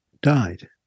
died